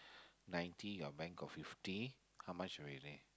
ninety your bank got fifty how much already